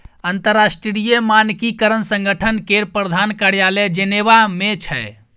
अंतरराष्ट्रीय मानकीकरण संगठन केर प्रधान कार्यालय जेनेवा मे छै